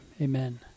amen